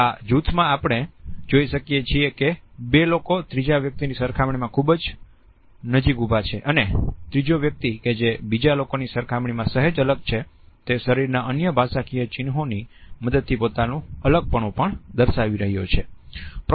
પરંતુ આ જૂથ માં આપણે જોઈ શકીએ છીએ કે બે લોકો ત્રીજા વ્યક્તિની સરખામણીમાં ખુબજ નજીક ઉભા છે અને ત્રીજો વ્યક્તિ કે જે બીજા લોકોની સરખામણીમાં સહેજ અલગ છે તે શરીરના અન્ય ભાષાકીય ચિહ્નોની મદદથી પોતાનું અલગપણું પણ દર્શાવી રહ્યો છે